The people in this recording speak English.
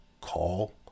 call